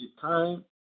time